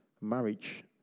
Marriage